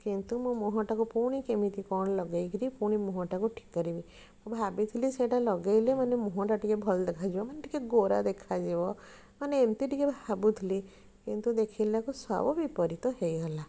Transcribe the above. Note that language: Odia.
କିନ୍ତୁ ମୋ ମୁହଁଟାକୁ ପୁଣି କେମିତି କ'ଣ ଲଗେଇକରି ପୁଣି ମୁହଁଟାକୁ ଠିକ କରିବି ମୁଁ ଭାବିଥିଲି ସେଇଟା ଲଗେଇଲେ ମାନେ ମୁହଁଟା ଟିକେ ଭଲ ଦେଖାଯିବ ମାନେ ଟିକେ ଗୋରା ଦେଖାଯିବ ମାନେ ଏମିତି ଟିକେ ଭାବୁଥିଲି କିନ୍ତୁ ଦେଖିଲାକୁ ସବୁ ବିପରୀତ ହେଇଗଲା